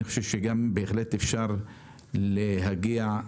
בהחלט אפשר להגיע לזה.